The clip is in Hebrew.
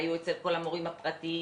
היו אצל כל המורים הפרטיים,